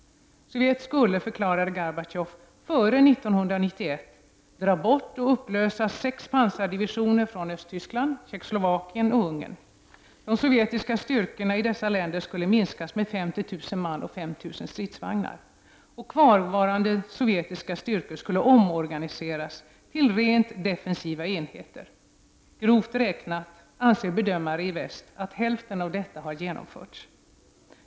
Sovjet skulle, förklarade Gorbatjov, före 1991 upplösa och dra bort sex pansardivisioner från Östtyskland, Tjeckoslovakien och Ungern. De sovjetiska styrkorna i dessa länder skulle minskas med 50 000 man och 5 000 stridsvagnar. Kvarvarande sovjetiska styrkor skulle omorganiseras till rent defensiva enheter. Grovt räknat anser bedömare i väst att hälften av detta har genomförts.